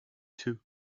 too